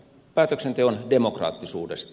päätöksenteon demokraattisuudesta